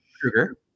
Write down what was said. Krueger